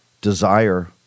desire